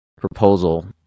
proposal